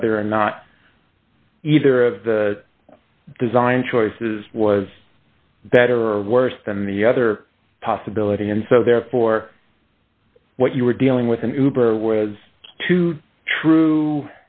whether or not either of the design choices was better or worse than the other possibility and so therefore what you were dealing with a nuber was to true